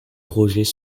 projets